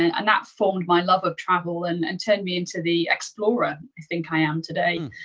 and and that formed my love of travel and and turned me into the explorer i think i am today.